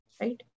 right